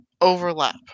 Overlap